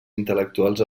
intel·lectuals